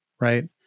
Right